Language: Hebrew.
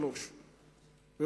שלוש שנים,